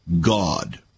God